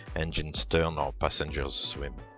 engines turn or passengers swim.